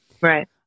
right